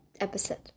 episode